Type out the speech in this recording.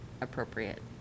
appropriate